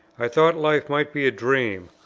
i thought life might be a dream,